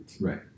Right